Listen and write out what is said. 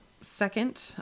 second